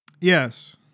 Yes